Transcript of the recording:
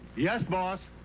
yes, boss?